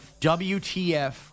WTF